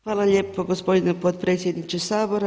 Hvala lijepo gospodine potpredsjedniče Sabora.